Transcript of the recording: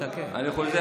מתקן.